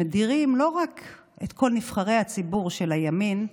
שמדירים לא רק את כל נבחרי הציבור של הימין,